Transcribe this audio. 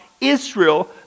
Israel